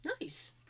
Nice